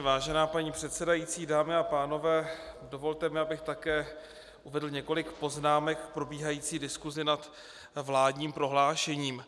Vážená paní předsedající, dámy a pánové, dovolte mi, abych také uvedl několik poznámek k probíhající diskusi nad vládním prohlášením.